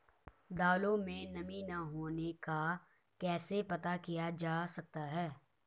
दालों में नमी न होने का कैसे पता किया जा सकता है?